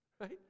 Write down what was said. right